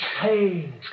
change